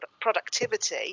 productivity